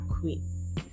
queen